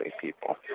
people